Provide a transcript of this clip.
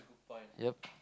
yup